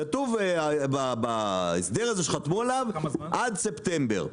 כתוב בהסדר הזה שחתמו עליו עד ספטמבר.